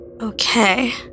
Okay